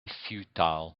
futile